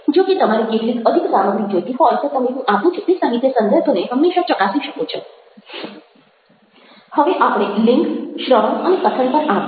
જોકે તમારે કેટલીક અધિક સામગ્રી જોઈતી હોય તો તમે હું આપું છું તે સાહિત્ય સંદર્ભને હંમેશા ચકાસી શકો છો હવે આપણે લિંગ શ્રવણ અને કથન પર આવીએ